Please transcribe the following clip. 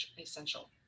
essential